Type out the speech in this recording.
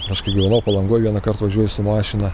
aš kai gyvenau palangoj vienąkart važiuoju su mašina